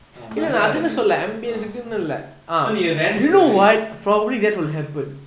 ah நல்லா இருந்துச்சி:nalla irunthuchi ah so நீங்க வேணு~ போய்:neenga venu~ poai